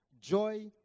joy